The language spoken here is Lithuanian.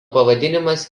pavadinimas